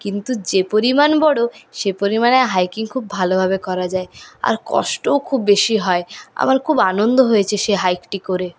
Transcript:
কিন্তু যে পরিমাণ বড় সে পরিমাণে হাইকিং খুব ভালোভাবে করা যায় আর কষ্টও খুব বেশি হয় আমার খুব আনন্দ হয়েছে সেই হাইকটি করে